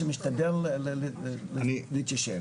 שמשתדל להתיישר.